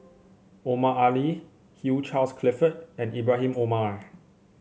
Omar Ali Hugh Charles Clifford and Ibrahim Omar